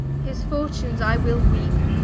his fortunes i will weepe,